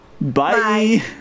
Bye